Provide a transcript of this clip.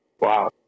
wow